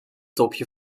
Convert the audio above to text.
topje